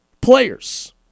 players